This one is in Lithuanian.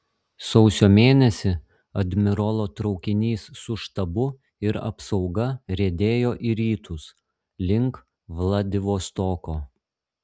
sausio mėnesį admirolo traukinys su štabu ir apsauga riedėjo į rytus link vladivostoko